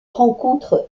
rencontre